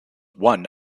one